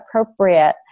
appropriate